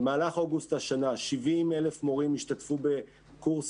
במהלך אוגוסט השנה 70,000 מורים השתתפו בקורסים,